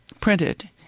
printed